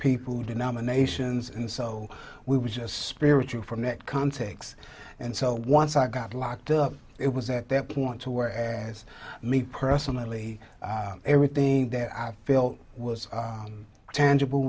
people who nominations and so we were just spiritual from that context and so once i got locked up it was at that point to where as me personally everything that i felt was tangible